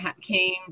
came